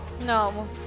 No